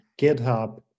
GitHub